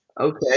Okay